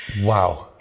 Wow